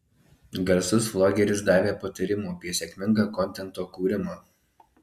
garsus vlogeris davė patarimų apie sėkmingą kontento kūrimą